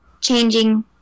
Changing